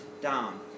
down